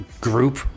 group